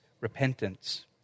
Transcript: repentance